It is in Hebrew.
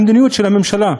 המדיניות של הממשלה.